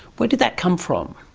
where did that come from?